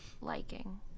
liking